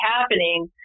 happening